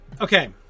Okay